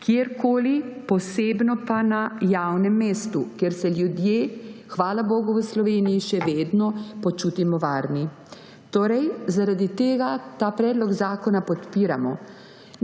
kjerkoli, posebno pa na javnem mestu, kjer se ljudje, hvala bogu, v Sloveniji še vedno počutimo varni. Zaradi tega ta predlog zakona podpiramo.